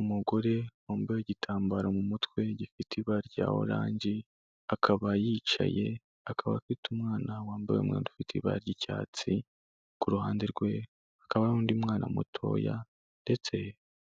Umugore wambaye igitambaro mu mutwe gifite ibara rya oranje, akaba yicaye, akaba afite umwana wambaye umwenda ufite ibara ry'icyatsi, ku ruhande rwe hakaba hari n'undi mwana mutoya ndetse